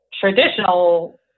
traditional